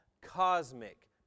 cosmic